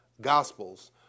Gospels